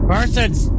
Persons